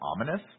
ominous